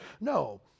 No